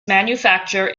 manufacture